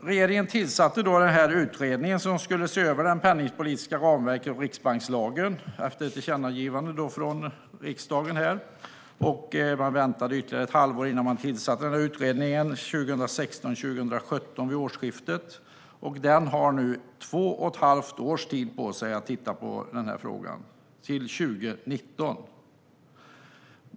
Regeringen tillsatte en utredning som skulle se över det penningpolitiska ramverket och riksbankslagen, efter ett tillkännagivande från riksdagen. Man väntade ytterligare ett halvår innan utredningen tillsattes vid årsskiftet 2016/17. Den har nu två och ett halvt år på sig att titta på frågan, till 2019.